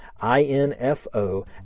I-N-F-O